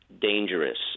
dangerous